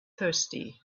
thirsty